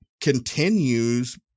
continues